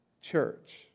church